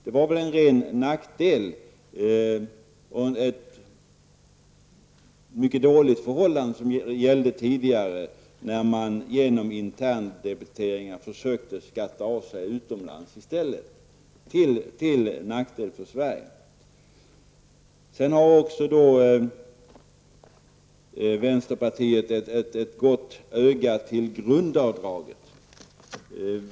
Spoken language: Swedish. Det var väl en ren nackdel och en mycket dålig situation tidigare när man genom interndebiteringar försökte skatta av sig utomlands i stället. Det var till nackdel för Sverige. Vänsterpartiet har också ett gott öga till grundavdraget.